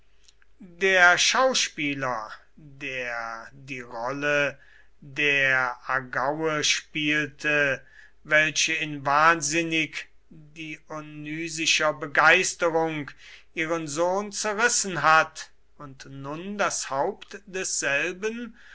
der schauspieler der die rolle der agaue spielte welche in wahnsinnig dionysischer begeisterung ihren sohn zerrissen hat und nun das haupt desselben